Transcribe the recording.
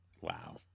wow